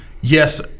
yes –